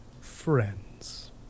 friends